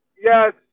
yes